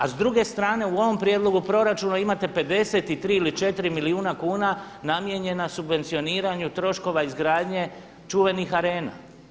A s druge strane u ovom prijedlogu proračuna imate 53 ili 54 milijuna kuna namijenjena subvencioniranju troškova izgradnje čuvenih arena.